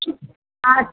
ஆ